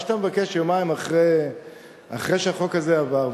מה שאתה מבקש יומיים אחרי שהחוק הזה עבר,